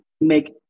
make